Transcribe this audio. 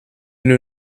knew